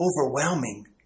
overwhelming